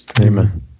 amen